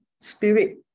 spirit